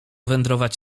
wędrować